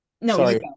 no